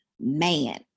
man